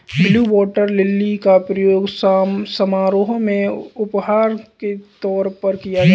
blue water lily का प्रयोग समारोह में उपहार के तौर पर किया जाता है